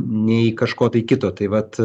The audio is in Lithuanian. nei kažko tai kito tai vat